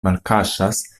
malkaŝas